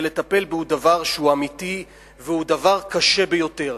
לטפל בדבר שהוא אמיתי והוא דבר קשה ביותר.